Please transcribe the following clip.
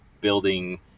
building